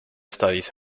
studies